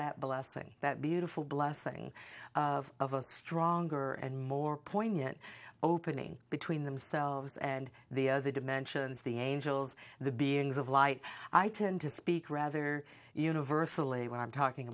that blessing that beautiful blessing of a stronger and more poignant opening between themselves and the other dimensions the angels the beings of light i tend to speak rather universally when i'm talking